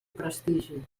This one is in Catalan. prestigi